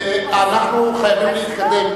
אנחנו חייבים להתקדם.